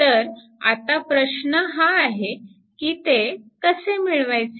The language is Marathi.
तर आता प्रश्न हा आहे की ते कसे मिळवायचे